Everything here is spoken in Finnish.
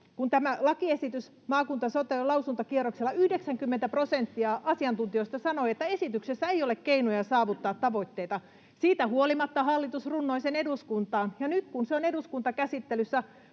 Kun tämä lakiesitys, maakuntasote, oli lausuntokierroksella, 90 prosenttia asiantuntijoista sanoi, että esityksessä ei ole keinoja saavuttaa tavoitteita. Siitä huolimatta hallitus runnoi sen eduskuntaan, ja nyt kun se on eduskuntakäsittelyssä,